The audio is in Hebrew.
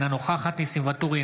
אינה נוכחת ניסים ואטורי,